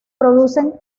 producen